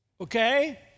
Okay